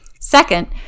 Second